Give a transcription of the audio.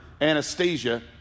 anesthesia